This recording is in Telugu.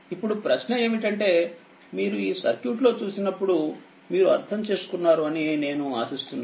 ఇప్పుడు ప్రశ్న ఏమిటంటే మీరు ఈ సర్క్యూట్ లో చూసినప్పుడు మీరు అర్థం చేసుకున్నారు అని నేను ఆశిస్తున్నాను